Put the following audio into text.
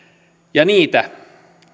ja niitä